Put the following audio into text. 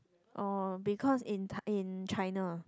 oh because in in China